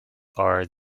are